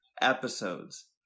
episodes